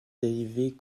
dérivées